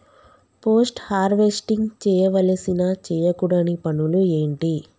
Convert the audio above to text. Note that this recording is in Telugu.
పోస్ట్ హార్వెస్టింగ్ చేయవలసిన చేయకూడని పనులు ఏంటి?